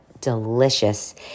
delicious